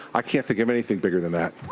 i can't think of anything better than that.